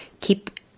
Keep